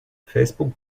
facebook